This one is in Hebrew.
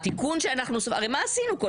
הרי מה עשינו?